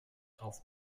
auf